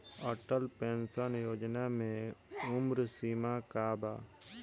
Atal pension Yojana मे उम्र सीमा का बा?